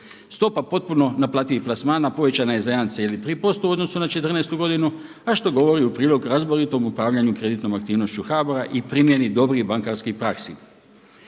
Stopa potpuno naplativih plasmana povećana je za 1,3% u odnosu na 2014. godinu, a što govori u prilog razboritom upravljanju kreditnom aktivnošću HBOR-a i primjeni dobrih bankarskih praksi.